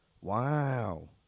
Wow